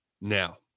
Now